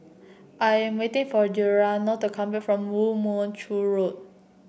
I am waiting for Gennaro not come back from Woo Mon Chew Road